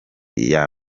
iya